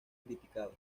criticado